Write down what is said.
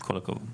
כל הכבוד.